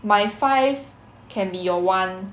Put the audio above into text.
my five can be your [one]